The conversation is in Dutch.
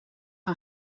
een